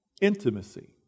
intimacy